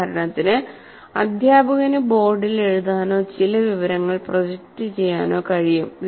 ഉദാഹരണത്തിന് അധ്യാപകന് ബോർഡിൽ എഴുതാനോ ചില വിവരങ്ങൾ പ്രൊജക്റ്റ് ചെയ്യാനോ കഴിയും